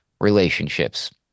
relationships